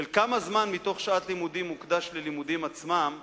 כמה זמן משעת לימודים מוקדש ללימודים עצמם,